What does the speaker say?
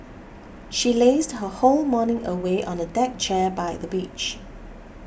she lazed her whole morning away on the deck chair by the beach